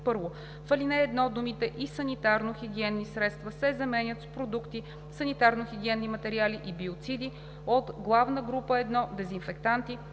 1. В ал. 1 думите „и санитарно-хигиенни средства“ се заменят с „продукти, санитарно-хигиенни материали и биоциди от главна група 1 „Дезинфектанти“,